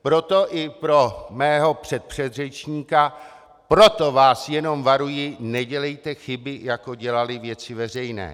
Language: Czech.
Proto i pro mého předpředřečníka, proto vás jenom varuji: Nedělejte chyby, jako dělaly Věci veřejné.